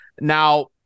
Now